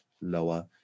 lower